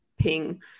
ping